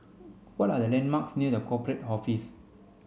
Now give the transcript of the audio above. what are the landmarks near The Corporate Office